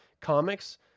comics